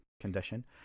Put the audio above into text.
condition